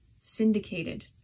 syndicated